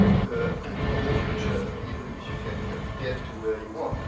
the the future, even if you can kind of get to where you want,